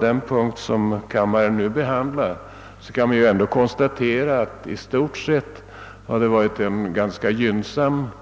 Den punkt vi nu diskuterar har departementschefen behandlat ganska gynnsamt,